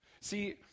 See